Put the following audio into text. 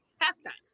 pastimes